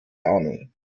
ahnung